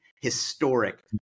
historic